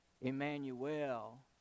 Emmanuel